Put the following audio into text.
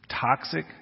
Toxic